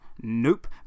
Nope